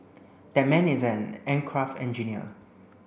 that man is an aircraft engineer